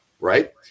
right